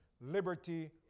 liberty